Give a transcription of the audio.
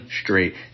straight